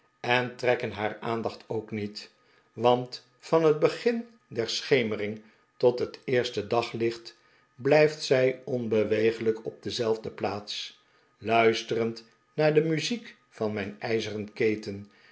en trekken haar aandacht ook niet want van het begin der schemering tot het eerste daglicht blijft zij onbeweeglijk op dezelfde plaats luisterend naar de muziek van mijn ijzeren keten